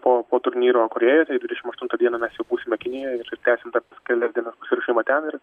po po turnyro korėjoje tai dvidešim aštuntą dieną mes jau būsime kinijoje ir ir tęsim tą kelias diena pasiruošimą ten ir